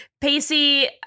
Pacey